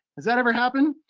has that ever happened?